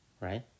right